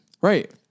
right